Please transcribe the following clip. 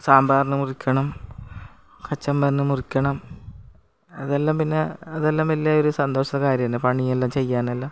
സാമ്പാറിനു മുറിക്കണം കച്ചംബറിനു മുറിക്കണം അതെല്ലാം പിന്നെ അതെല്ലാം വലിയ ഒരു സന്തോഷമുള്ള കാര്യമല്ലേ പണിയെല്ലാം ചെയ്യാനെല്ലാം